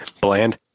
Bland